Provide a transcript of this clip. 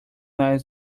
less